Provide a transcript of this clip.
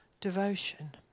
devotion